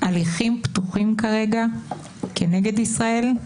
כרגע הליכים פתוחים כנגד ישראל.